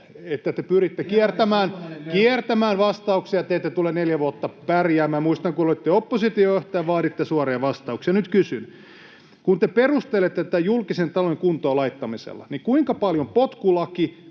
että te pyritte kiertämään vastauksia, [Ari Koposen välihuuto] te ette tule neljää vuotta pärjäämään. Minä muistan, kun olitte oppositiojohtaja, niin vaaditte suoria vastauksia. Nyt kysyn: kun te perustelette tätä julkisen talouden kuntoon laittamisella, niin kuinka paljon potkulaki,